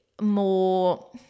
more